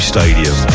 Stadium